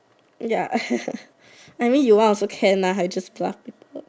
ya I mean you want also can lah I just bluff people